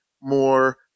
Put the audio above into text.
more